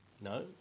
No